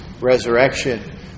resurrection